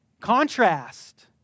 Contrast